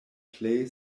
plej